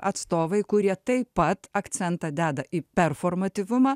atstovai kurie taip pat akcentą deda į performatyvumą